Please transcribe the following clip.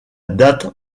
date